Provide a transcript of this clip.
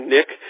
Nick